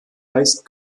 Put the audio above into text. heißt